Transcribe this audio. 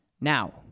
Now